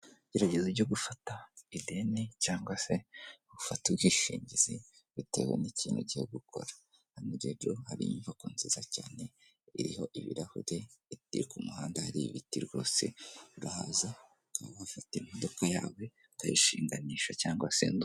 Gerageza ujye gufata ideni cyangwa se gufata ubwishingizi bitewe n'ikintu igiye gukora, hano rero hari inyubako nziza cyane iriho ibirahuri iri ku muhanda, hari ibiti rwose, urahaza ukaba wafitira imodoka yawe ukayishinganisha cyangwa,